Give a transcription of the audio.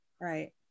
right